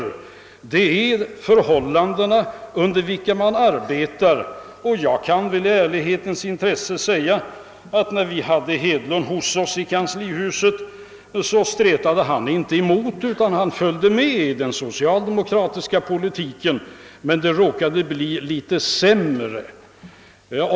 Man måste ta hänsyn till de förhållanden under vilka man arbetar. Jag kan väl i ärlighetens intresse säga, att medan vi hade herr Hedlund hos oss i kanslihuset, så stretade han inte emot utan han följde med i den socialdemokratiska politiken, men det råkade bli litet sämre just då.